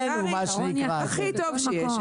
הכי טוב שיש.